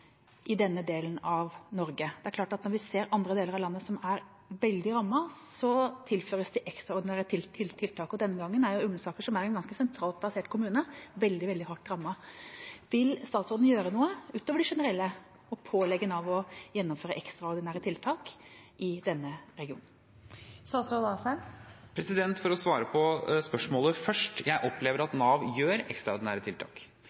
i denne delen av Norge? Vi ser at andre deler av landet som er veldig rammet, tilføres ekstraordinære tiltak. Denne gangen er Ullensaker, som er en ganske sentralt plassert kommune, veldig, veldig hardt rammet. Vil statsråden gjøre noe utover det generelle og pålegge Nav å gjennomføre ekstraordinære tiltak i denne regionen? For å svare på spørsmålet først: Jeg opplever at Nav gjør ekstraordinære tiltak,